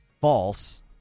false